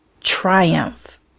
triumph